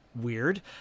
Weird